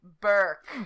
Burke